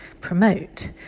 promote